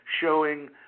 showing